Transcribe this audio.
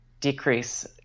decrease